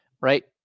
Right